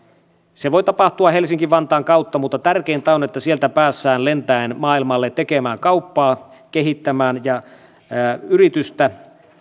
se voi tapahtua helsinki vantaan kautta mutta tärkeintä on että sieltä päästään lentäen maailmalle tekemään kauppaa kehittämään yritystä